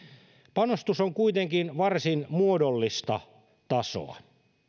panostus on kuitenkin varsin muodollista tasoa